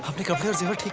ah because he